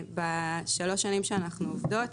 בשלוש השנים שאנחנו עובדות בפורום,